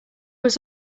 was